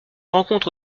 rencontre